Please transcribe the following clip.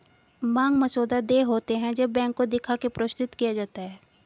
मांग मसौदा देय होते हैं जब बैंक को दिखा के प्रस्तुत किया जाता है